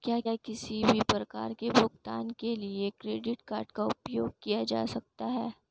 क्या किसी भी प्रकार के भुगतान के लिए क्रेडिट कार्ड का उपयोग किया जा सकता है?